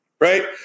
Right